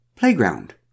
Playground